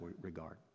regard